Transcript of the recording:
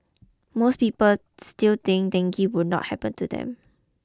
most people still think dengue will not happen to them